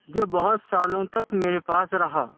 جو بہت سالوں تک میرے پاس رہا